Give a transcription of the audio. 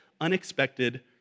unexpected